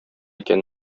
икән